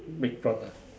big talk ah